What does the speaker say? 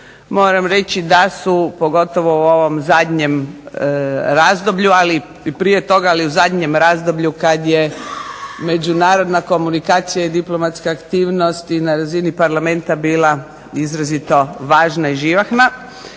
moram reći da su pogotovo u ovom zadnjem razdoblju, ali i prije toga, ali u zadnjem razdoblju kada je međunarodna komunikacija i diplomatska aktivnost na razini parlamenta bila izrazito važna i živahna,